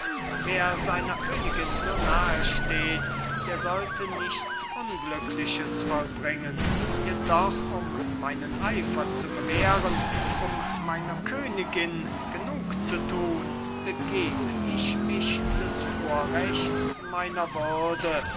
wer seiner königin so nahe steht der sollte nichts unglückliches vollbringen jedoch um meinen eifer zu bewähren um meiner königin genugzutun begeb ich mich des vorrechts meiner würde